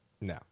No